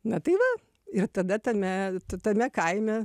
na tai va ir tada tame tame kaime